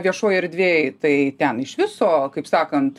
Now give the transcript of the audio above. viešoj erdvėj tai ten iš viso kaip sakant